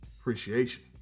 appreciation